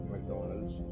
McDonald's